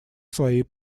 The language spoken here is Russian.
своей